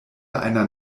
einer